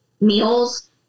meals